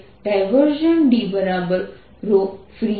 Dfree છે